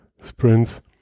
Sprints